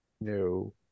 no